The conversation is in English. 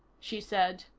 she said.